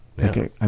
Okay